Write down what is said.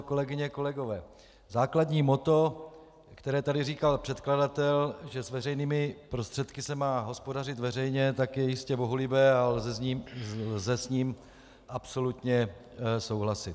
Kolegyně, kolegové, základní motto, které tady říkal předkladatel, že s veřejnými prostředky se má hospodařit veřejně, je jistě bohulibé a lze s ním absolutně souhlasit.